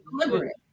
deliberate